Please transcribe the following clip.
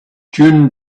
june